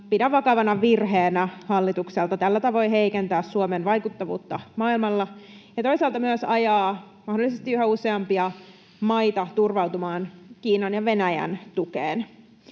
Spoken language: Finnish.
pidän vakavana virheenä hallitukselta tällä tavoin heikentää Suomen vaikuttavuutta maailmalla ja toisaalta myös ajaa mahdollisesti yhä useampia maita turvautumaan Kiinan ja Venäjän tukeen.